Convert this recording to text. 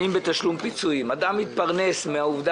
שעיקרו תקנות מס רכוש וקרן פיצויים (תשלום פיצויים) (נזק מלחמה עקיף)